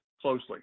closely